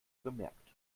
bemerkt